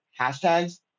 hashtags